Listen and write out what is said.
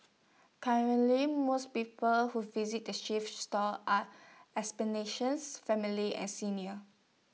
currently most people who visit the thrift stores are explanations families and seniors